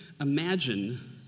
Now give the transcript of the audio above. imagine